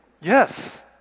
Yes